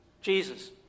Jesus